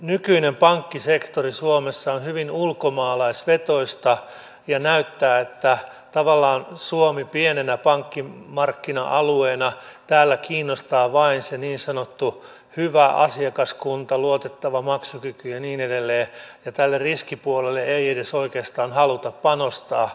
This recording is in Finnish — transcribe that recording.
nykyinen pankkisektori suomessa on hyvin ulkomaalaisvetoista ja näyttää että tavallaan täällä suomessa pienenä pankkimarkkina alueena kiinnostaa vain se niin sanottu hyvä asiakaskunta luotettava maksukykyinen ja niin edelleen ja tälle riskipuolelle ei edes oikeastaan haluta panostaa